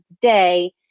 day